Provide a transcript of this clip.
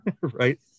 right